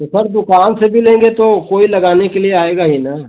तो सर दुकान से भी लेंगे तो कोई लगाने के लिए आएगा ही न